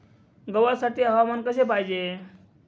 गव्हासाठी हवामान कसे पाहिजे?